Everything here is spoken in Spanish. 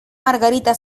margarita